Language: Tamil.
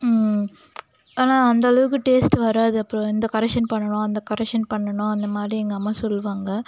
ஆனால் அந்தளவுக்கு டேஸ்ட் வராது அப்புறம் இந்த கரெக்ஷன் பண்ணணும் அந்த கரெக்ஷன் பண்ணணும் அந்தமாதிரி எங்கள் அம்மா சொல்வாங்க